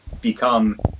become